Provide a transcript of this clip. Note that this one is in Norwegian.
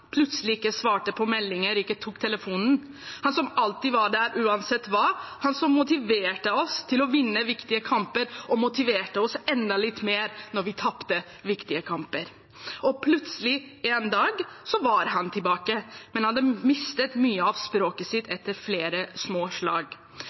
plutselig ikke svarte på meldinger, ikke tok telefonen – han som alltid var der uansett hva, han som motiverte oss til å vinne viktige kamper og motiverte oss enda litt mer når vi tapte viktige kamper. Plutselig en dag var han tilbake, men han hadde mistet mye av språket sitt